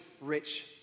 rich